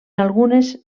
algunes